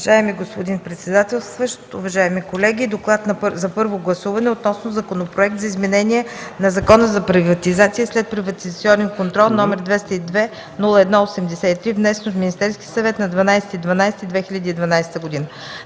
Уважаеми господин председател, уважаеми колеги! „ДОКЛАД за първо гласуване относно Законопроект за изменение на Закона за приватизация и следприватизационен контрол, № 202-01-83, внесен от Министерски съвет на 12 декември